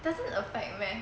it doesn't affect meh